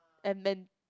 and men